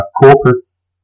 Corpus